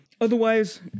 otherwise